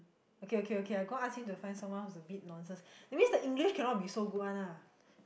okay okay okay I go ask him to find someone who's a bit nonsense that means the English cannot be so good one ah